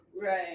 right